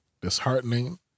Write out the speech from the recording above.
Disheartening